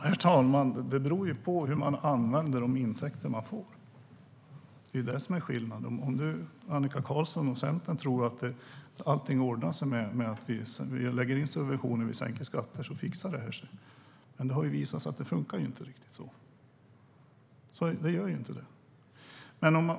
Herr talman! Det beror på hur man använder de intäkter man får. Det är det som är skillnaden. Annika Qarlsson och Centern tror att allting ordnar sig genom att man lägger in subventioner och sänker skatter, men det har ju visat sig att det inte funkar riktigt så. Det gör inte det.